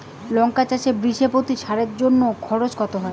লঙ্কা চাষে বিষে প্রতি সারের জন্য খরচ কত হয়?